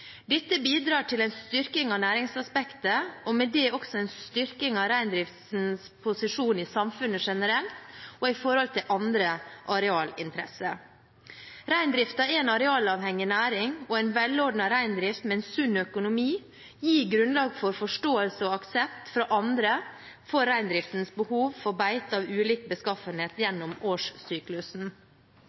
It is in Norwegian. Dette bidrar til en styrking av næringsaspektet og med det også en styrking av reindriftens posisjon i samfunnet generelt og i forhold til andre arealinteresser. Reindriften er en arealavhengig næring, og en velordnet reindrift med en sunn økonomi gir grunnlag for forståelse og aksept fra andre for reindriftens behov for beiter av ulik beskaffenhet gjennom årssyklusen.